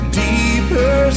deeper